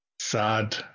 Sad